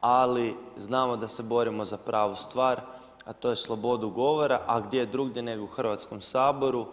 ali znamo da se borimo za pravu stvar, a to je slobodu govora, a gdje drugdje nego u Hrvatskom saboru.